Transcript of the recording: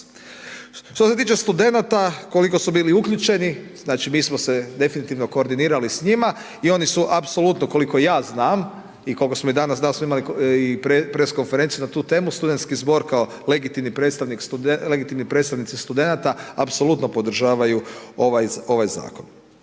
Što se tiče studenata koliko su bili uključeni, znači mi smo se definitivno koordinirali s njima i oni su apsolutno koliko ja znam i koliko smo mi danas, danas smo imali i press konferenciju na tu temu, studentski zbor kao legitimni predstavnici studenata apsolutno podržavaju ovaj zakon.